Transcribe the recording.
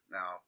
Now